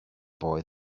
boy